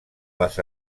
les